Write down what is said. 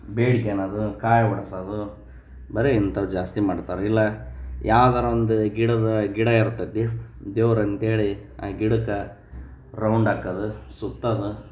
ಬೇಡ್ಕಣದು ಕಾಯಿ ಒಡ್ಸೋದು ಬರೀ ಇಂಥದ್ದು ಜಾಸ್ತಿ ಮಾಡ್ತಾರೆ ಇಲ್ಲ ಯಾವ್ದಾರೂ ಒಂದು ಗಿಡದ ಗಿಡ ಇರ್ತತಿ ದೇವ್ರು ಅಂತೇಳಿ ಆ ಗಿಡಕ್ಕೆ ರೌಂಡ್ ಹಾಕದು ಸುತ್ತೋದ